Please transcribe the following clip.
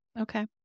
Okay